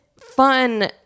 fun